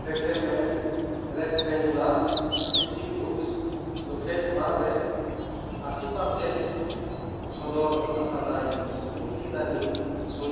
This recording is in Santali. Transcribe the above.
ᱯᱷᱮᱠᱮᱞᱢᱮᱱ ᱨᱮᱠᱴᱮᱝᱜᱩᱞᱟᱨ ᱟᱹᱰᱤᱥᱤᱵᱷ ᱦᱩᱠᱥ ᱡᱚᱠᱷᱮᱡ ᱚᱲᱟᱜ ᱨᱮ ᱟᱹᱥᱤ ᱯᱟᱨᱥᱮᱱᱴ ᱥᱚᱫᱚᱨ ᱟᱠᱟᱫᱟᱭ ᱩᱱ ᱪᱮᱫᱟᱜ ᱤᱧ ᱥᱩᱱ